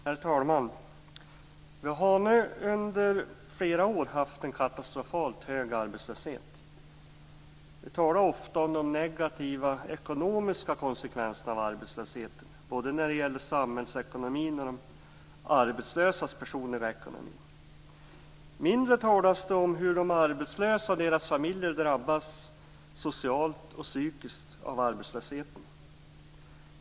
Herr talman! Vi har nu under flera år haft en katastrofalt hög arbetslöshet. Det talas ofta om de negativa ekonomiska konsekvenserna av arbetslösheten, både när det gäller samhällsekonomin och när det gäller de arbetslösas personliga ekonomi. Mindre talas det om hur de arbetslösa och deras familjer drabbas socialt och psykiskt av arbetslösheten.